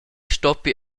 stoppi